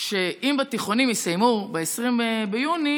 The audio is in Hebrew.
שאם בתיכונים יסיימו ב-20 ביוני,